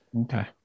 Okay